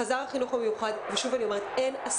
חזר החינוך המיוחד אבל אין הסעות,